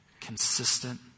consistent